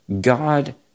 God